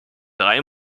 drei